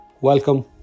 Welcome